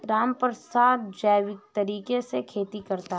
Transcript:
रामप्रसाद जैविक तरीके से खेती करता है